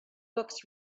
books